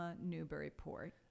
Newburyport